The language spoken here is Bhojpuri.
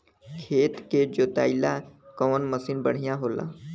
खेत के जोतईला कवन मसीन बढ़ियां होला?